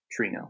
Trino